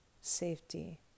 safety